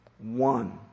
one